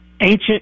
ancient